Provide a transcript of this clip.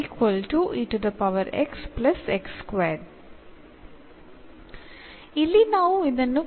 ഇവിടെ നമുക്ക് ഇത് മാറ്റിയെഴുതാം